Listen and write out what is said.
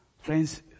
Friends